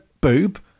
boob